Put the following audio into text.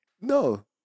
No